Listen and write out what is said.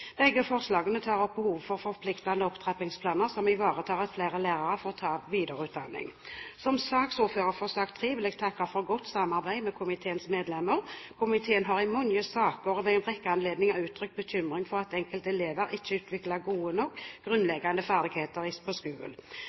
Begge forslagene tar opp behovet for forpliktende opptrappingsplaner som ivaretar at flere lærere får ta videreutdanning. Som saksordfører for sak nr. 3 vil jeg takke for godt samarbeid med komiteens medlemmer. Komiteen har i mange saker og ved en rekke anledninger uttrykt bekymring for at enkelte elever ikke utvikler gode nok grunnleggende ferdigheter på